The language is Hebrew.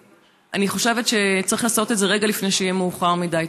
אני חושבת שצריך לעשות את זה רגע לפני שיהיה מאוחר מדי.